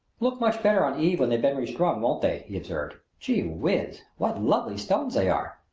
look much better on eve when they've been re-strung, won't they? he observed. gee whiz! what lovely stones they are!